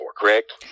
correct